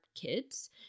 kids